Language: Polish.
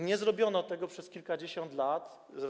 Nie zrobiono tego przez kilkadziesiąt lat.